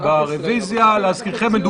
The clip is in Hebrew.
להזכירכם,